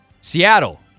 Seattle